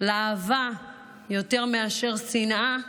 לאהבה יותר מאשר לשנאה,